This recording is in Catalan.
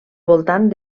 voltant